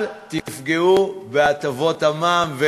אל תפגעו בהטבות המע"מ.